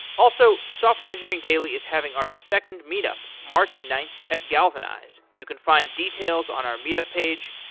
also, software engineering daily is having our second meet up, march ninth at galvanize. you can find details on our meet up page.